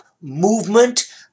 movement